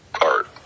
art